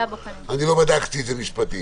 לא בדקתי את זה משפטית,